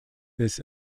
this